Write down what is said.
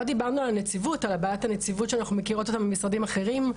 לא דיברנו על בעיית הנציבות שאנחנו מכירות אותה ממשרדים אחרים,